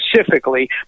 specifically